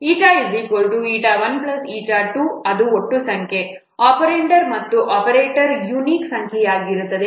eta eta 1 eta 2 ಅದು ಒಟ್ಟು ಸಂಖ್ಯೆ ಒಪೆರಾಂಡ್ಗಳ ಮತ್ತು ಆಪರೇಟರ್ಗಳ ಯುನಿಕ್ ಸಂಖ್ಯೆಯಾಗಿರುತ್ತದೆ